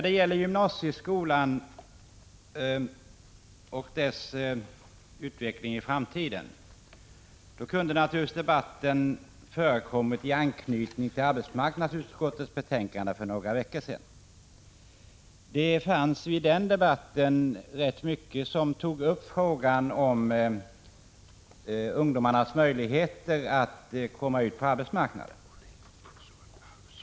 Debatten om gymnasieskolan och dess utveckling i framtiden kunde naturligtvis ha förekommit i anslutning till behandlingen av arbetsmarknadsutskottets betänkande för några veckor sedan. Det fanns ju i denna debatt rätt mycket som gällde frågan om ungdomarnas möjligheter att komma ut på arbetsmarknaden.